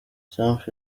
trump